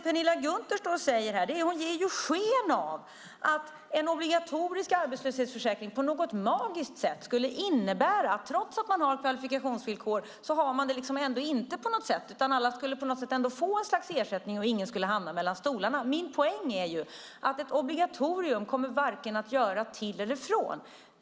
Penilla Gunther står här och ger sken av att en obligatorisk arbetslöshetsförsäkring på något magiskt sätt skulle innebära att trots att man har kvalifikationsvillkor så har man det liksom ändå inte; alla skulle på något sätt ändå få ett slags ersättning, och ingen skulle hamna mellan stolarna. Min poäng är ju att ett obligatorium varken kommer att göra till eller från.